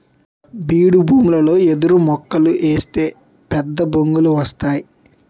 బీడుభూములలో ఎదురుమొక్కలు ఏస్తే పెద్దబొంగులు వస్తేయ్